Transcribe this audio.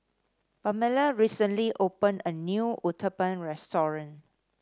Pamella recently opened a new Uthapam restaurant